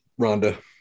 Rhonda